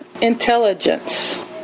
intelligence